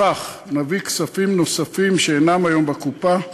בכך נביא כספים נוספים שאינם היום בקופה,